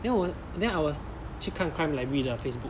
then 我 then I was 去看 crime library 的 facebook